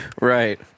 Right